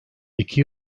i̇ki